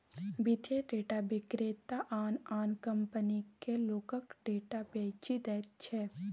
वित्तीय डेटा विक्रेता आन आन कंपनीकेँ लोकक डेटा बेचि दैत छै